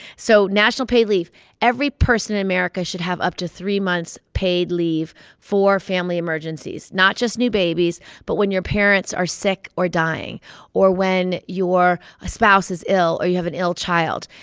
so national paid leave every person in america should have up to three months paid leave for family emergencies not just new babies but when your parents are sick or dying or when your ah spouse is ill or you have an ill child.